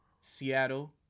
Seattle